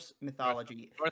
mythology